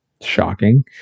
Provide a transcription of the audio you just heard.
Shocking